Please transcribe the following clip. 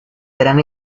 eran